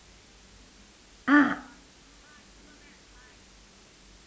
ah